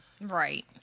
Right